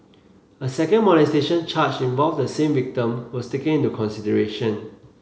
a second molestation charge involve the same victim was taken into consideration